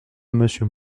monsieur